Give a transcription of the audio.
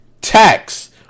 tax